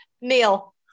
Neil